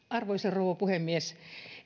arvoisa rouva puhemies